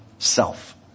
Self